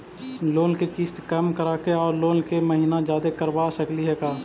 Loan के किस्त कम कराके औ लोन के महिना जादे करबा सकली हे का?